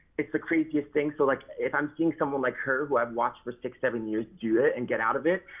it's the craziest thing. so like if i'm seeing someone like her, who i've watched for six, seven years, do it, and get out of it.